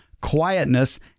Quietness